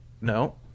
No